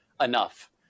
enough